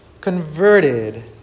converted